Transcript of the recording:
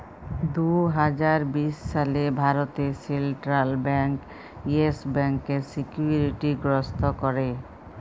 দু হাজার বিশ সালে ভারতে সেলট্রাল ব্যাংক ইয়েস ব্যাংকের সিকিউরিটি গ্রস্ত ক্যরে